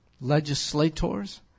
Legislators